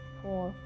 four